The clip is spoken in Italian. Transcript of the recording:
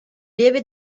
lieve